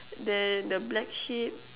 then the black sheep